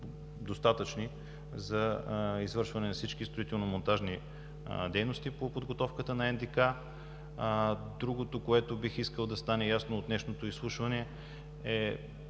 достатъчни за извършване на всички строително-монтажни дейности по подготовката на НДК? Другото, което бих искал да стане ясно от днешното изслушване,